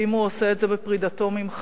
ואם הוא עושה את זה בפרידתו ממך,